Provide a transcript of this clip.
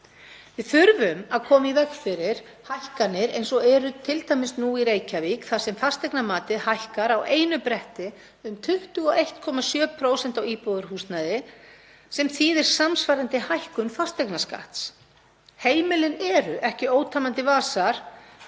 Við þurfum að koma í veg fyrir hækkanir eins og eru t.d. nú í Reykjavík þar sem fasteignamatið hækkar á einu bretti um 21,7% af íbúðarhúsnæði, sem þýðir samsvarandi hækkun fasteignaskatts. Heimilin eru ekki ótæmandi vasar